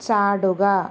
ചാടുക